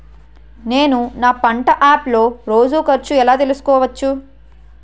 నేను నా పంట యాప్ లో రోజు ఖర్చు ఎలా తెల్సుకోవచ్చు?